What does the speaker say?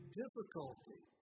difficulty